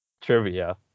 trivia